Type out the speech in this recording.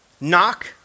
Knock